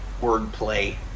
wordplay